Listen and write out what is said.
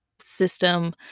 system